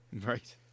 Right